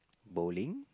bowling